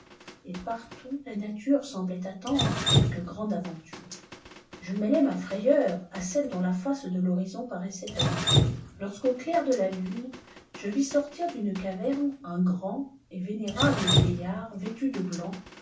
et partout la nature semblait attendre quelque grande aventue a je mêlais ma frayeur à celle dont la face de thorizon paraissait agitée lorsqu'au clair de la lune je vis sortir d'une caverne uii rand et vénérable vieillard vêtu de blanc